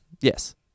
yes